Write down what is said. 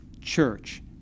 Church